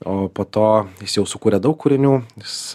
o po to jis jau sukūrė daug kūrinių jis